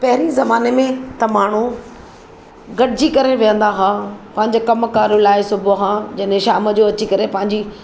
पहिरीं ज़माने में त माण्हू गॾिजी करे विहंदा हुआ पंहिंजे कमु कार लाइ सुबुह खां जंहिं में शाम जो अची करे पंहिंजी